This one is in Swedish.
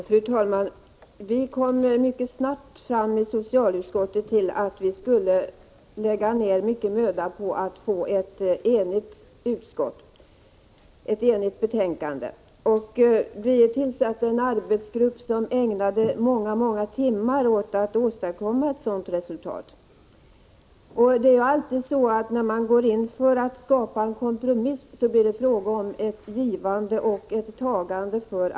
Fru talman! I socialutskottet kom vi mycket snart fram till att vi borde lägga ned mycken möda på att bli eniga i utskottet. Vi tillsatte en arbetsgrupp som ägnade många timmar åt att försöka åstadkomma ett sådant resultat. När man vill skapa en kompromiss blir det ju för alla parter alltid fråga om ett givande och ett tagande.